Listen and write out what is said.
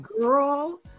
girl